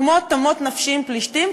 כמו תמות נפשי עם פלישתים,